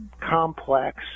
complex